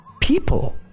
people